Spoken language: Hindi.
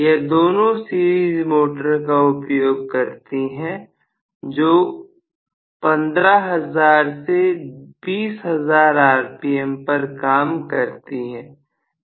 यह दोनों सीरीज मोटर का उपयोग करती हैं जो 15000 से 20000 rpm पर काम करती है